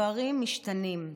דברים משתנים.